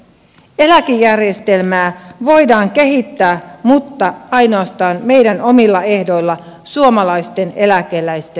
eläkejärjestelmää voidaan kehittää mutta ainoastaan meidän omilla ehdoillamme suomalaisten eläkeläisten hyväksi